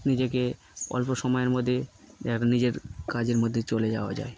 নিজেকে অল্প সময়ের মধ্যে এক নিজের কাজের মধ্যে চলে যাওয়া যায়